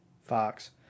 Fox